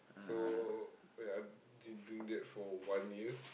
so ya I've been doing that for one year